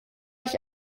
ich